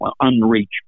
unreached